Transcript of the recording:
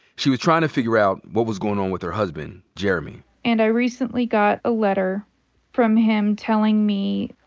she was trying to figure out what was goin' on with her husband, jeremy. and i recently got a letter from him telling me,